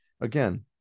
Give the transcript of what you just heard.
again